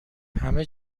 همه